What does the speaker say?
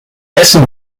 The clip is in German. essen